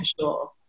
sure